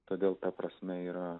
todėl ta prasme yra